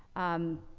um,